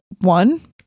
one